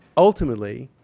ultimately,